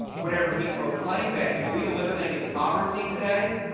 whenever he proclaimed that, have we eliminated poverty today?